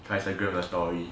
like a grandmother story